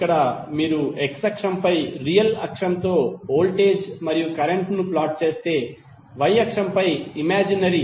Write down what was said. ఇక్కడ మీరు x అక్షంపై రియల్ అక్షంతో వోల్టేజ్ మరియు కరెంట్ ను ప్లాట్ చేస్తే మరియు y అక్షంపై ఇమాజినరీ